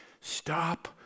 stop